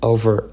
Over